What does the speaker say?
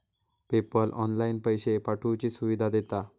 PayPal online पैशे पाठवुची सुविधा देता